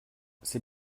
c’est